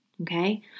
Okay